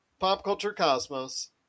PopCultureCosmos